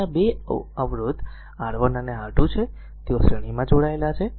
ત્યાં 2 અવરોધ અવરોધ r 1 અને r 2 છે તેઓ શ્રેણીમાં જોડાયેલા છે